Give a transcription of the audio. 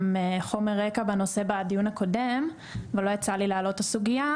חומר רקע בנושא בדיון הקודם ולא יצא לי להעלות את הסוגייה,